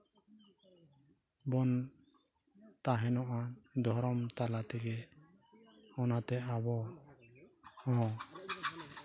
ᱵᱚᱱ ᱛᱟᱦᱮᱱᱚᱜᱼᱟ ᱫᱷᱚᱨᱚᱢ ᱛᱟᱞᱟ ᱛᱮᱜᱮ ᱚᱱᱟᱛᱮ ᱟᱵᱚ ᱦᱚᱸ